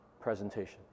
presentation